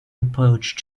approach